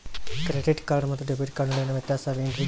Credit card ಮತ್ತು debit card ನಡುವಿನ ವ್ಯತ್ಯಾಸ ವೇನ್ರೀ?